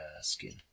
skin